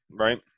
right